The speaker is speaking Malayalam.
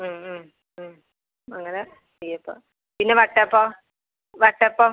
ഉം ഉം ഉം അങ്ങനെ തീർക്കാം പിന്നെ വട്ടയപ്പമോ വട്ടയപ്പം